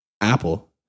Apple